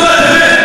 לסתום לה את הפה,